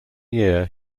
year